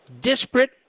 disparate